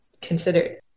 considered